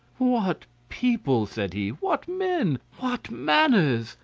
what people! said he what men! what manners!